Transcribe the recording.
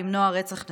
למנוע רצח נשים.